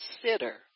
consider